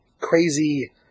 crazy